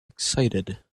excited